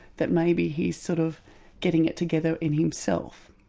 that maybe he's sort of getting it together in himself.